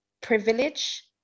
privilege